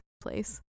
place